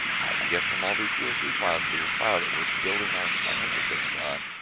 how did you get from all these csv files to this file that we're building our financial statements on?